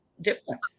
different